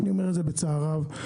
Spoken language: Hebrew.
ואני אומר את זה בצער רב,